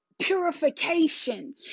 purification